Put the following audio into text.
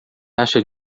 acha